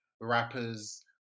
rappers